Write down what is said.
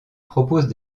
proposent